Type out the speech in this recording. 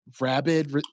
rabid